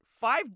five